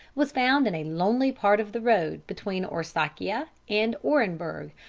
was found in a lonely part of the road, between orskaia and orenburg,